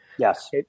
Yes